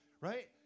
Right